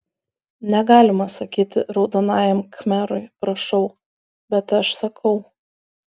negalima sakyti raudonajam khmerui prašau bet aš sakau